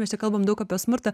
mes čia kalbam daug apie smurtą